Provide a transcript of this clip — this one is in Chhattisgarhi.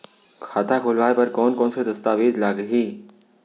खाता खोलवाय बर कोन कोन से दस्तावेज लागही?